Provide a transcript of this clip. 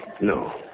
No